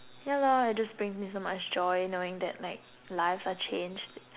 yeah lor it just brings me so much joy knowing that like lives are changed